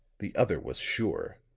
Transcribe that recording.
the other was sure.